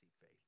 faith